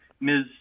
Ms